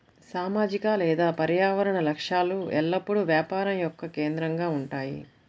సామాజిక లేదా పర్యావరణ లక్ష్యాలు ఎల్లప్పుడూ వ్యాపారం యొక్క కేంద్రంగా ఉంటాయి